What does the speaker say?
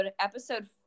episode